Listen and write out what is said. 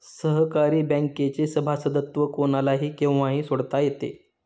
सहकारी बँकेचे सभासदत्व कोणालाही केव्हाही सोडता येते